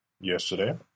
yesterday